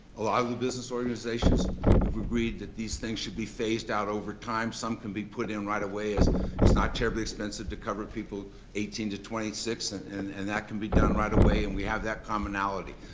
a lot of the business organizations have agreed that these things should be phased out over time. some can be put in right away it's not terribly expensive to cover people eighteen to twenty six, and and and that can be done right away and we have that commonality.